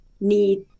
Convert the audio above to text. need